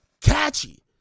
catchy